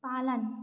पालन